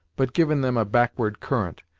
but given them a backward current,